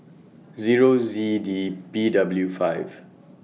Zero Z D P W five